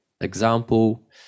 Example